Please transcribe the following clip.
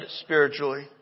spiritually